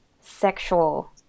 sexual